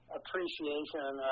appreciation